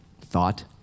thought